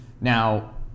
Now